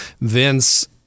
Vince